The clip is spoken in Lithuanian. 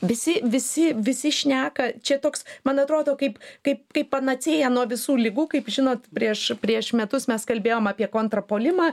visi visi visi šneka čia toks man atrodo kaip kaip kaip panacėja nuo visų ligų kaip žinot prieš prieš metus mes kalbėjom apie kontrpuolimą